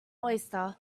oyster